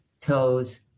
toes